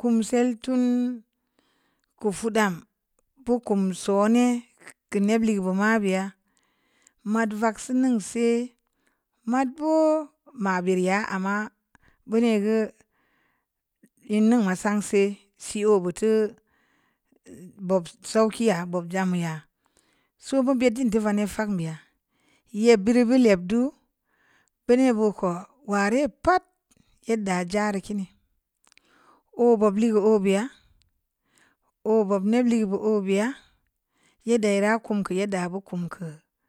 kumsel tun ku fudam bu kum soone keu neb liyeu be maabeya, mad vagseu ningn see, mad boo ma’bereu ya amma beuneu geu in ningn ma sang see, si’ oobe teu bob souki ya bob zamu yaa, so, bu beddin teu veneb fakn beya yebbiri bu leb duu beuneu baako waa ree pad yedda za’reu kin oo bob ligeu baa oo bob ligeu baa obinta oo kum keu,